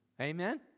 Amen